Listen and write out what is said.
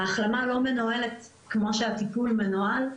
ההחלמה לא מנוהלת כמו שהטיפול מנוהל.